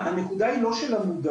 הנקודה היא לא של המודעות.